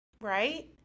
Right